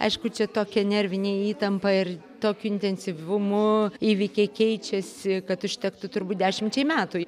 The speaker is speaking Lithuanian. aišku čia tokia nervinė įtampa ir tokiu intensyvumu įvykiai keičiasi kad užtektų turbūt dešimčiai metų